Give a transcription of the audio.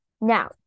Now